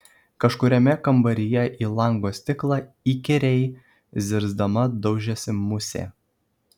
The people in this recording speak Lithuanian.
kažkuriame kambaryje į lango stiklą įkyriai zirzdama daužėsi musė